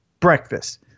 Breakfast